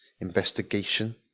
investigation